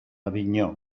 avinyó